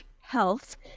health